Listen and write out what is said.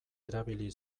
erabili